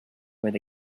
where